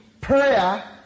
prayer